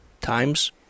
times